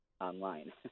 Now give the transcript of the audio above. online